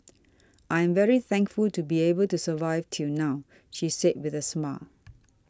I am very thankful to be able to survive till now she said with a smile